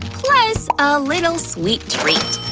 plus a little sweet treat.